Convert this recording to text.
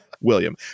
william